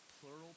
plural